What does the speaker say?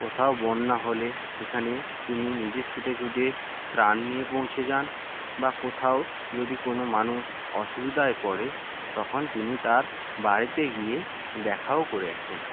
কোথাও বন্যা হলে সেখানে তিনি নিজে ছুটে ছুটে ত্রাণ নিয়ে পৌঁছে যান বা কোথাও যদি কোনো মানুষ অসুবিধায় পড়ে তখন তিনি তার বাড়িতে গিয়ে দেখাও করে আসেন